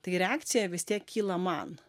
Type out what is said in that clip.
tai reakcija vis tiek kyla man